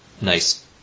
nice